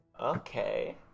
Okay